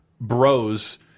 Bros